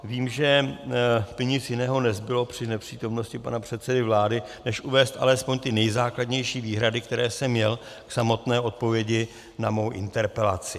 Vím, že by nic jiného nezbylo při nepřítomnosti pana předsedy vlády než uvést alespoň ty nejzákladnější výhrady, které jsem měl k samotné odpovědi na svou interpelaci.